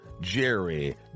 Jerry